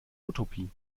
utopie